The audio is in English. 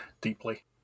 deeply